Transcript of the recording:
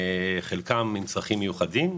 חלקם עם צרכים מיוחדים.